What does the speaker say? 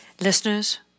Listeners